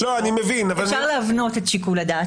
מבין -- אפשר להבנות את שיקול הדעת.